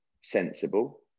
sensible